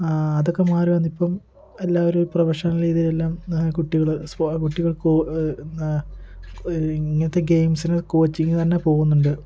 അതക്കെ മാറി വന്നിപ്പം എല്ലാവരും ഒര് പ്രഫഷണൽ രീതിയിലെല്ലാം കുട്ടികള് കുട്ടികൾക്കോ ഇന്നാ ഇങ്ങനത്തെ ഗെയിംസിന് കോച്ചിങ്ങിന് തന്നെ പോകുന്നുണ്ട്